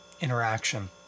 interaction